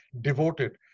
devoted